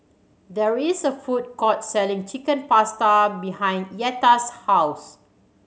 there is a food court selling Chicken Pasta behind Yetta's house